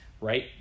right